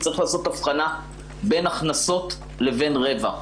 צריך לעשות הבחנה בין הכנסות לבין רווח.